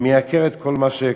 מייקר את כל מה שקשור.